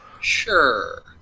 Sure